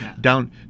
Down